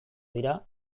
dira